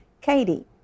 Katie